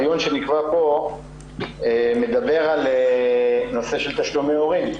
הדיון שנקבע פה מדבר על הנושא של תשלומי הורים.